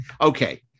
Okay